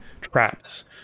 traps